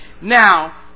Now